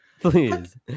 Please